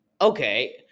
Okay